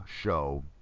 show